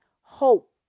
hope